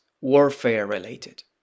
warfare-related